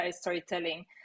storytelling